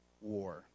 War